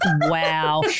wow